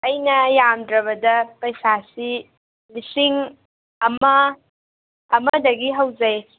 ꯑꯩꯅ ꯌꯥꯝꯗ꯭ꯔꯕꯗ ꯄꯩꯁꯥꯁꯤ ꯂꯤꯁꯤꯡ ꯑꯃ ꯑꯃꯗꯒꯤ ꯍꯧꯖꯩ